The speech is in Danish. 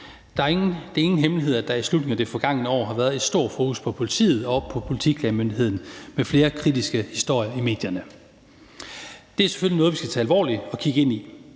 Det er ingen hemmelighed, at der i slutningen af det forgangne år har været et stort fokus på politiet og på Politiklagemyndigheden med flere kritiske historier i medierne. Det er selvfølgelig noget, vi skal tage alvorligt og kigge ind i,